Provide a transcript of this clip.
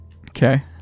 Okay